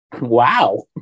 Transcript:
Wow